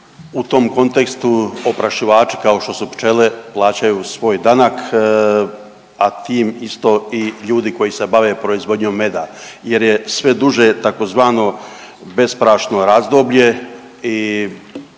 u tom kontekstu oprašivači kao što su pčele plaćaju svoj danak, a tim isto i ljudi koji se bave proizvodnjom meda jer je sve duže tzv. besprašno razdoblje i